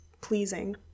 pleasing